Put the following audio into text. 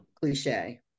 cliche